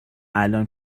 الان